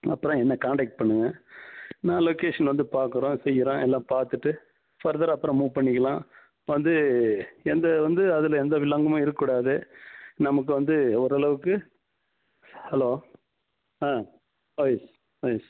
அப்புறம் என்னை காண்டாக்ட் பண்ணுங்கள் நான் லொக்கேஷன் வந்து பார்க்குறோம் செய்கிறோம் எல்லாம் பார்த்துட்டு ஃபர்தராக அப்புறம் மூவ் பண்ணிக்கலாம் வந்து எந்த வந்து அதில் எந்த வில்லங்கமும் இருக்கக் கூடாது நமக்கு வந்து ஓரளவுக்கு ஹலோ